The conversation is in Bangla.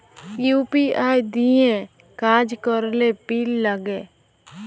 ইউ.পি.আই দিঁয়ে কাজ ক্যরলে পিল লাগে